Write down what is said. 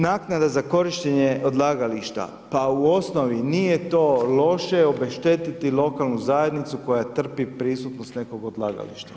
Naknada za korištenje odlagališta, pa u osnovi nije to loše obeštetiti lokalnu zajednicu koja trpi prisutnost nekog odlagališta.